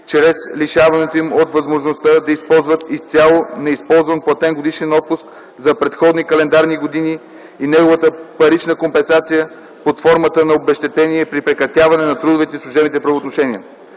чрез лишаването им от възможността да използват изцяло неизползван платен годишен отпуск за предходни календарни години и неговата парична компенсация под формата на обезщетение при прекратяване на трудовите и служебните правоотношения.